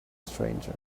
stranger